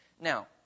Now